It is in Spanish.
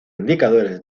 indicadores